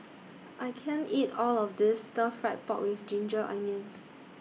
I can't eat All of This Stir Fried Pork with Ginger Onions